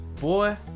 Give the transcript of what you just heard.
boy